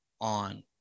on